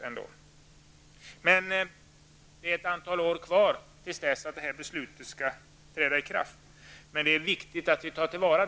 Det är emellertid ett antal år kvar innan beslutet träder i kraft, men det är viktigt att de åren tas till vara.